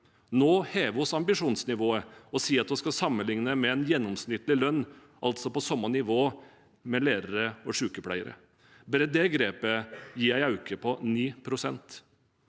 Nå hever vi ambisjonsnivået og sier at vi skal sammenligne med en gjennomsnittlig lønn, altså på nivå med lærere og sykepleiere. Det grepet alene gir en økning på 9 pst.